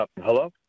Hello